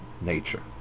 nature